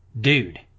Dude